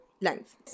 length